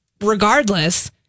regardless